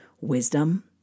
wisdom